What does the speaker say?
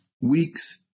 weeks